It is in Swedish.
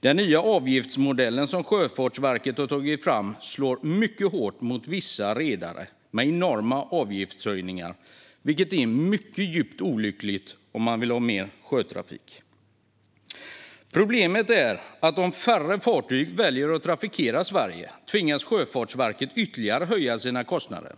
Den nya avgiftsmodell som Sjöfartsverket har tagit fram slår mycket hårt mot vissa redare i form av enorma avgiftshöjningar, vilket är djupt olyckligt om man vill ha mer sjötrafik. Problemet är att om färre fartyg väljer att trafikera Sverige tvingas Sjöfartsverket höja sina kostnader ytterligare,